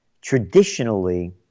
traditionally